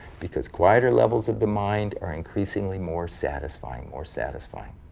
because quieter levels of the mind are increasingly more satisfying. more satisfying.